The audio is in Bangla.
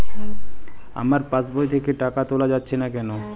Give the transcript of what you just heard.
আমার পাসবই থেকে টাকা তোলা যাচ্ছে না কেনো?